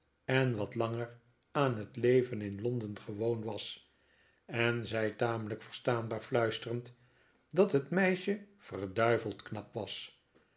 en wat langer aan het leven in londen gewoon was en zei tamelijk verstaanbaar fluisterend dat het meisje verduiveld knap was